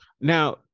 now